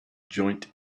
joint